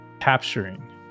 capturing